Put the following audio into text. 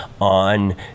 on